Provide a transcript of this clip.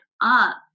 up